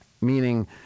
meaning